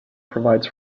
provides